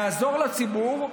יעזור לציבור.